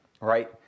right